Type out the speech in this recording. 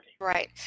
Right